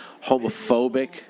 homophobic